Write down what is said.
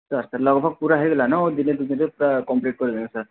sir ସେ ଲଗ୍ଭଗ୍ ପୁରା ହେଇଗଲାନ ଆର୍ ଦିନେ ଦୁଇ ଦିନ୍ରେ ପୁରା କମ୍ପ୍ଲିଟ୍ କରିଦେମି ସାର୍